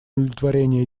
удовлетворения